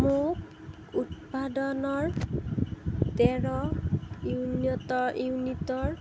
মোক উপাদানৰ তেৰ ইউনিটৰ ইউনিটৰ